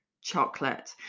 chocolate